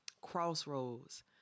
Crossroads